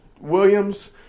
Williams